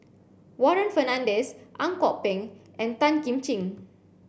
Warren Fernandez Ang Kok Peng and Tan Kim Ching